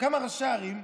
כמה ראשי ערים,